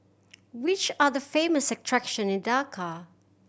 which are the famous attraction in Dhaka